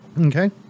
Okay